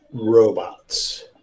robots